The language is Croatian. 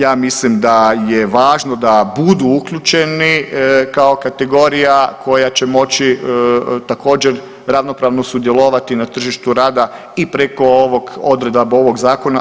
Ja mislim da je važno da budu uključeni kao kategorija koja će moći također ravnomjerno sudjelovati na tržištu rada i preko ovih odredaba ovog zakona.